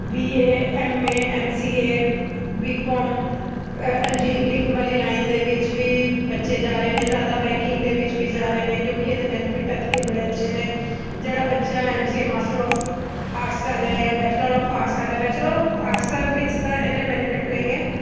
B A M A M C A B com engineering ਵਾਲੀ line ਦੇ ਵਿੱਚ ਵੀ ਬੱਚੇ ਜਾ ਰਹੇ ਨੇ ਜ਼ਿਆਦਾ ਬੈਂਕਿੰਗ ਦੇ ਵਿੱਚ ਵੀ ਜਾ ਰਹੇ ਨੇ ਕਿਉਂਕਿ ਇਹਦੇ ਬੈਨੀਫਿਟ ਅੱਗੇ ਬੜੇ ਅੱਛੇ ਨੇ ਜਿਹੜਾ ਬੱਚਾ M C master of arts ਕਰ ਰਿਹਾ ਜਾਂ ਬੈਚਲਰ ਆਫ ਆਰਟਸ ਕਰ ਰਿਹਾ ਬੈਚਲਰ ਆਫ ਆਰਟਸ ਵਿੱਚ ਤਾਂ ਐਨੇ ਬੈਨੀਫਿਟ ਨਹੀਂ ਹੈ